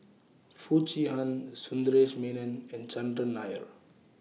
Foo Chee Han Sundaresh Menon and Chandran Nair